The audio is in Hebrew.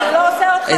זה לא עושה אותך, .